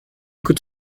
could